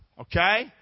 Okay